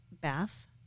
bath